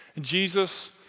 Jesus